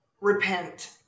repent